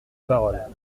parole